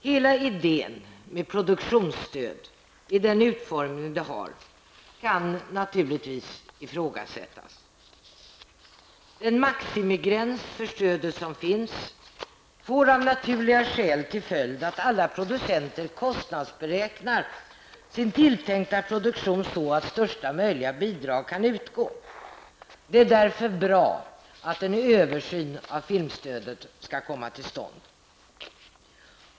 Hela idén med produktionsstöd i den utformning det har kan naturligtvis ifrågasättas. Den maximigräns för stödet som finns får av naturliga skäl till följd att alla producenter kostnadsberäknar sin tilltänkta produktion så att största möjliga bidrag kan utgå. Det är därför bra att en översyn av filmstödet skall komma till stånd.